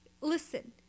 Listen